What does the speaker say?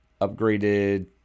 upgraded